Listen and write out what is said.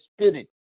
Spirit